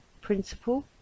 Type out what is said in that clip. principle